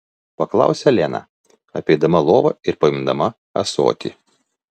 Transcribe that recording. paklausė lena apeidama lovą ir paimdama ąsotį